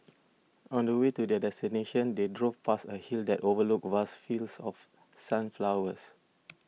on the way to their destination they drove past a hill that overlooked vast fields of sunflowers